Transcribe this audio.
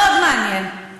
מאוד מעניין.